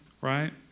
right